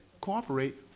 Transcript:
cooperate